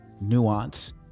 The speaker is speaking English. nuance